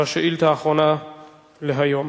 זו השאילתא האחרונה להיום.